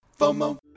FOMO